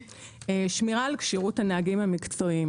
שמירה על כשירות הנהגים המקצועיים